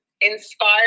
inspired